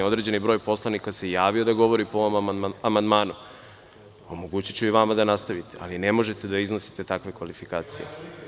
Određeni broj poslanika se javio da govori po ovom amandmanu, omogućiću i vama da nastavite, ali ne možete da iznosite takve kvalifikacije.